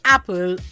Apple